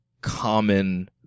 common